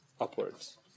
upwards